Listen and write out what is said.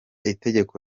itegeko